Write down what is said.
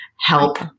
help